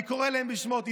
אני קורא להם בשמות,